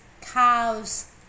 cows